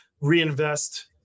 reinvest